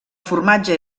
formatge